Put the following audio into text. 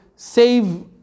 save